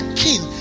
king